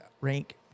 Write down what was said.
rank